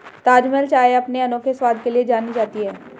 ताजमहल चाय अपने अनोखे स्वाद के लिए जानी जाती है